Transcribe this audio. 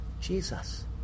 Jesus